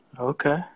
Okay